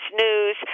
news